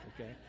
Okay